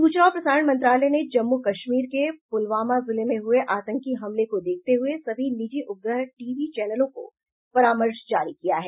सूचना और प्रसारण मंत्रालय ने जम्मू कश्मीर के पुलवामा जिले में हुए आतंकी हमले को देखते हुए सभी निजी उपग्रह टीवी चैनलों को परामर्श जारी किया है